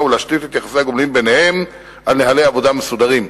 ולהשתית את יחסי הגומלין ביניהן על נוהלי עבודה מסודרים.